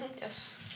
Yes